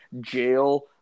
jail